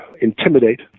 intimidate